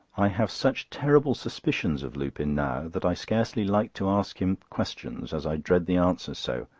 i have such terrible suspicions of lupin now that i scarcely like to ask him questions, as i dread the answers so.